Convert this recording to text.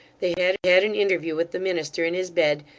they had had an interview with the minister, in his bed,